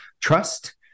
Trust